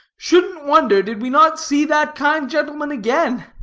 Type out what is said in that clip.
shouldn't wonder, did we not see that kind gentleman again.